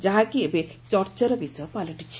ଯାହାକି ଏବେ ଚର୍ଚ୍ଚାର ବିଷୟ ପାଲଟିଛି